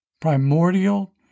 primordial